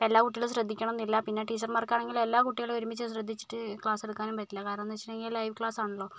എല്ലാ കുട്ടികളും ശ്രദ്ധിക്കണം എന്ന് ഇല്ല പിന്നെ ടീച്ചർമാർക്ക് ആണെങ്കിൽ എല്ലാ കുട്ടികളെ ഒരുമിച്ച് ശ്രദ്ധിച്ചിട്ട് ക്ലാസ് എടുക്കാനും പറ്റില്ല കാരണം എന്ന് വെച്ച് കഴിഞ്ഞാൽ ലൈവ് ക്ലാസ് ആണല്ലോ